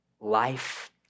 life